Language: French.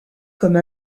comme